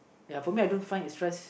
ya for me I don't find it's stress